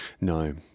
No